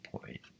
Point